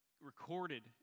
recorded